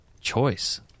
choice